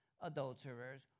adulterers